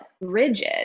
rigid